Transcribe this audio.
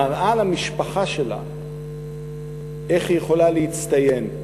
מראה למשפחה שלה איך היא יכולה להצטיין.